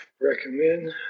recommend